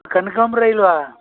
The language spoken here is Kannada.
ಕನಕಾಂಬ್ರ ಇಲ್ಲವಾ